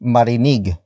Marinig